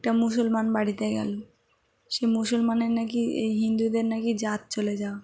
একটা মুসলমান বাড়িতে গেল সে মুসলমানের নাকি এই হিন্দুদের নাকি জাত চলে যাওয়া